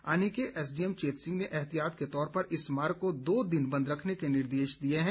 आनी के एसडीएम चेत सिंह ने एहतियात के तौर पर इस मार्ग को दो दिन बंद रखने के निर्देश दिए हैं